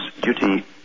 duty